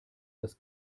das